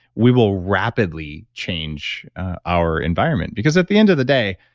we will rapidly change our environment because at the end of the day,